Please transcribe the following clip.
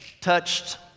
touched